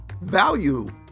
value